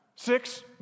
Six